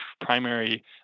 primary